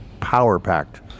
power-packed